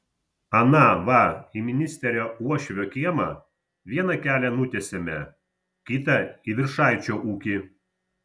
ana va į ministerio uošvio kiemą vieną kelią nutiesėme kitą į viršaičio ūkį